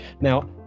Now